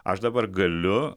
aš dabar galiu